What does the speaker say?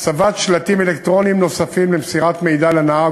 הצבת שלטים אלקטרוניים נוספים למסירת מידע לנהג על